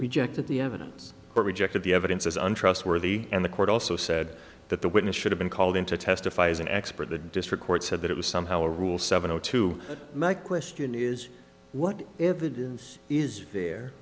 rejected the evidence but rejected the evidence as untrustworthy and the court also said that the witness should have been called in to testify as an expert the district court said that it was somehow a rule seven o two my question is what evidence is there